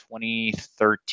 2013